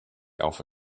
alpha